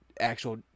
actual